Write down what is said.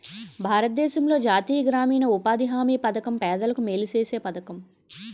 భారతదేశంలో జాతీయ గ్రామీణ ఉపాధి హామీ పధకం పేదలకు మేలు సేసే పధకము